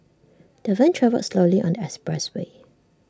the van travelled slowly on the expressway